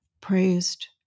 praised